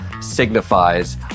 signifies